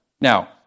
Now